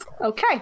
Okay